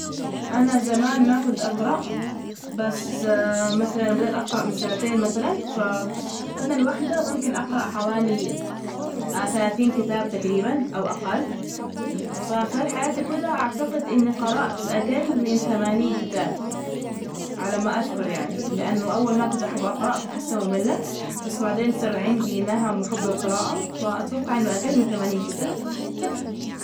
أنا زمان ما كنت أقرأ، بس مثلا بدأت أقرأ من سنتين مثلا، ففي السنة الواحدة ممكن أقرأ حوالي ثلاثين كتاب تجريبا أو أقل، فخلال حياتي كلها أعتقد إني قرأت أجل من ثمانين كتاب. على ما أذكر يعني لأنه أول ما كنت أحب أقرأ كنت أحسه مملة، بس بعدين صار عندي نهم وحب للقراءة، فأتوقع إنه أجل من ثمانين كتاب.